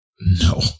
No